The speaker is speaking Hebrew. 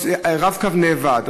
"רב-קו" אבד,